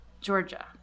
Georgia